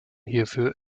hierfür